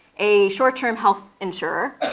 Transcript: a short term health insurer.